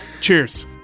Cheers